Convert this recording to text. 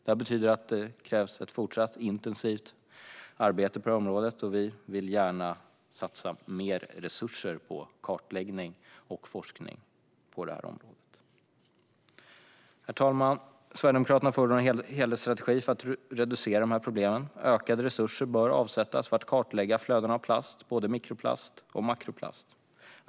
Detta betyder att det krävs ett fortsatt intensivt arbete på området, och vi vill gärna satsa mer resurser på kartläggning av och forskning om detta. Herr talman! Sverigedemokraterna förordar en helhetsstrategi för att reducera dessa problem. Ökade resurser bör avsättas för att kartlägga flödena av plast - både mikroplast och makroplast.